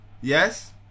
Yes